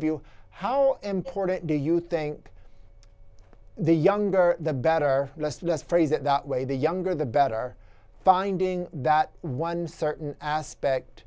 of you how important do you think the younger the better listless phrase it that way the younger the better finding that one certain aspect